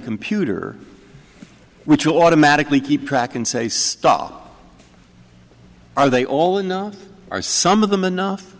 computer which will automatically keep track and say stop are they all enough are some of them enough